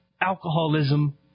alcoholism